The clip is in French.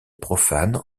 profane